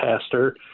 pastor